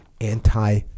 anti